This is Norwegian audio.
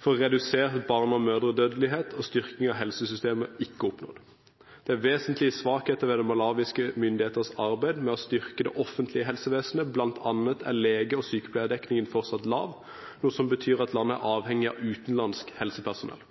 for å redusere barne- og mødredødelighet samt styrking av helsesystemet ikke oppnådd. Det er vesentlige svakheter ved de malawiske myndigheters arbeid med å styrke det offentlige helsevesenet. Blant annet er lege- og sykepleierdekningen fortsatt lav, noe som betyr at landet er avhengig av utenlandsk helsepersonell.